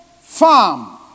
farm